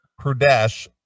Pradesh